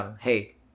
hey